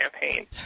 campaign